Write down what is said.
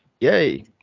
yay